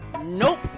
Nope